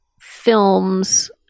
films